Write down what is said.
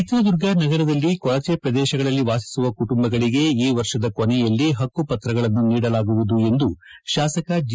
ಚಿತ್ರದುರ್ಗ ನಗರದಲ್ಲಿ ಕೊಳಚೆ ಪ್ರದೇಶಗಳಲ್ಲಿ ವಾಸಿಸುವ ಕುಟುಂಬಗಳಗೆ ಈ ವರ್ಷದ ಕೊನೆಯಲ್ಲಿ ಹಕ್ಕುಪತ್ರಗಳನ್ನು ನೀಡಲಾಗುವುದು ಎಂದು ಶಾಸಕ ಜೆ